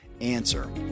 answer